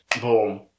boom